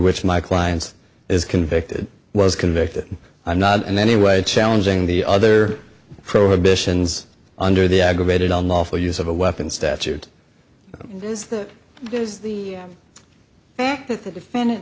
which my client's is convicted was convicted i'm not in any way challenging the other prohibitions under the aggravated on lawful use of a weapon statute th